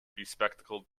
bespectacled